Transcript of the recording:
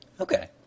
Okay